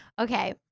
Okay